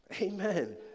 Amen